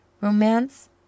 Romance